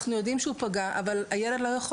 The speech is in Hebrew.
אנחנו יודעים שהוא פגע אבל הילד לא יכול